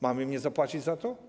Mamy im nie zapłacić za to?